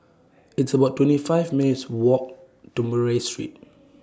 It's about twenty five minutes' Walk to Murray Street